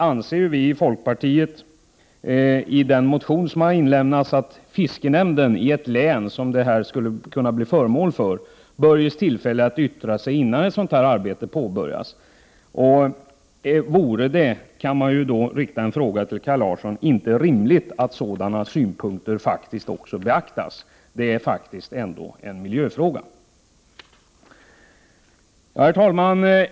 Vi i folkpartiet föreslår i en motion att fiskenämnden i ett län där detta skulle kunna bli aktuellt bör ges tillfälle att yttra sig innan ett sådant arbete påbörjas. Vore det, kan man fråga Kaj Larsson, inte rimligt att sådana synpunkter också beaktades? Det är faktiskt ändå en miljöfråga. Herr talman!